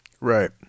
right